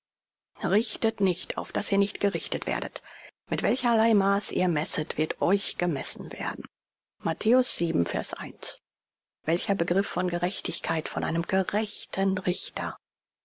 richtet nicht auf daß ihr nicht gerichtet werdet mit welcherlei maaß ihr messet wird euch gemessen werden welcher begriff von gerechtigkeit von einem gerechten richter